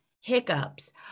hiccups